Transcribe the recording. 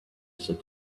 said